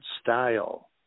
style